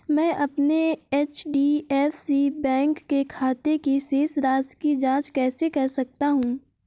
मैं अपने एच.डी.एफ.सी बैंक के खाते की शेष राशि की जाँच कैसे कर सकता हूँ?